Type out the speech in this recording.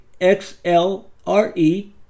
XLRE